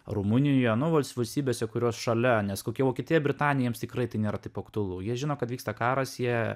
rumunijoje nu valstybėse kurios šalia nes kokia vokietija britanija jiems tikrai tai nėra taip aktualu jie žino kad vyksta karas jie